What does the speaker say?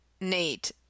Nate